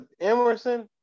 Emerson